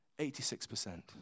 86%